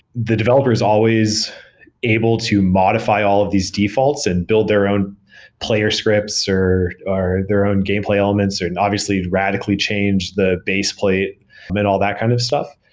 the developers always able to modify all of these defaults and build their own player scripts or or their own gameplay elements, or and obviously radically change the base plate and all that kind of stuff.